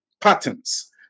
patterns